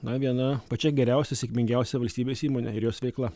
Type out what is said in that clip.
na viena pačia geriausia sėkmingiausia valstybės įmone ir jos veikla